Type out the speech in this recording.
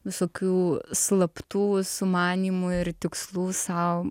visokių slaptų sumanymų ir tikslų sau